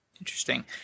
Interesting